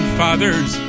fathers